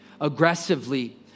Aggressively